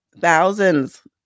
Thousands